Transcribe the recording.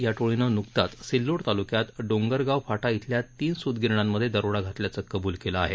या टोळीनं न्कताच सिल्लोड ताल्क्यात डोंगरगाव फाटा इथल्या तीन सुतगिरण्यांमध्ये दरोडा घातल्याचं कबूल केलं आहे